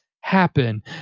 happen